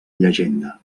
llegenda